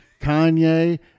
Kanye